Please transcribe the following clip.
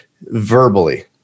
verbally